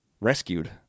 rescued